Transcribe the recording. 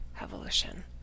evolution